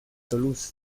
toulouse